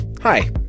Hi